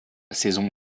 saison